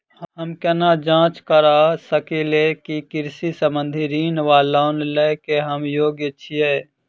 हम केना जाँच करऽ सकलिये की कृषि संबंधी ऋण वा लोन लय केँ हम योग्य छीयै?